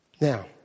Now